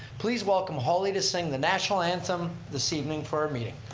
please welcome holly to sing the national anthem this evening for our meeting.